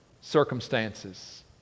circumstances